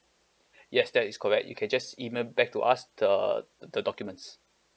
yes that is correct you can just email back to us the the documents